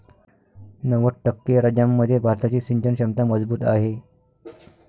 नव्वद टक्के राज्यांमध्ये भारताची सिंचन क्षमता मजबूत आहे